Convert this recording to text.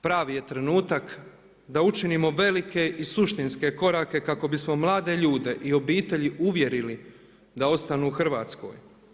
Pravi je trenutak da učinimo velike i suštinske korake kako bismo mlade ljude i obitelji uvjerili da ostanu u Hrvatskoj.